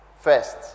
first